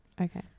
Okay